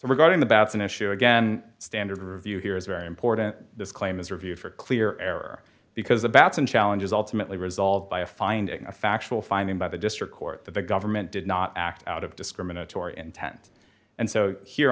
going the batson issue again standard review here is very important this claim is reviewed for clear error because a batson challenge is ultimately resolved by a finding a factual finding by the district court that the government did not act out of discriminatory intent and so here